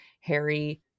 Harry